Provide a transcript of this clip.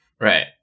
Right